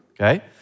Okay